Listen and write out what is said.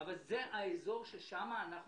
זה האזור ששם אנחנו